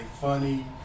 funny